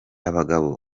abagabo